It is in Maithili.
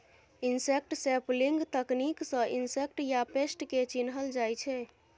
इनसेक्ट सैंपलिंग तकनीक सँ इनसेक्ट या पेस्ट केँ चिन्हल जाइ छै